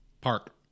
Park